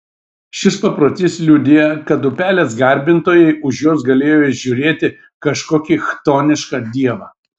šis paprotys liudija kad upelės garbintojai už jos galėjo įžiūrėti kažkokį chtonišką dievą